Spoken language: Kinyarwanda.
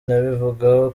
nabivugaho